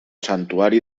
santuari